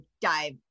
dive